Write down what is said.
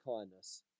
kindness